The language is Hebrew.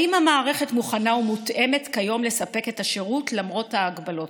האם המערכת מוכנה ומותאמת כיום לספק את השירות למרות ההגבלות?